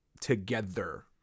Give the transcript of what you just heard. together